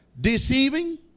deceiving